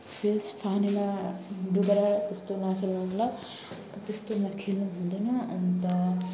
face पानीमा डुबाएर त्यस्तो नखेल्नु होला अनि त्यस्तोमा खेल्नुहुँदैन अन्त